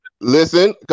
Listen